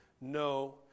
no